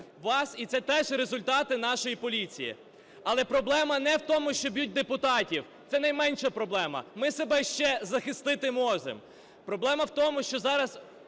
І це теж результати нашої поліції. Але проблема не в тому, що б'ють депутатів, це найменша проблема, ми себе ще захистити можемо, проблема в тому, що зараз